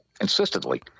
insistently